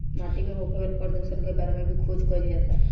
माटी में होखे वाला प्रदुषण के बारे में भी खोज कईल जाता